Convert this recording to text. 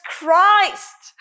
Christ